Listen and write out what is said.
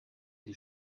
die